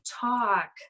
Talk